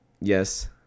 Yes